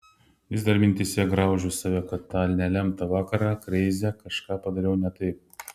vis dar mintyse graužiu save kad tą nelemtą vakarą kreize kažką padariau ne taip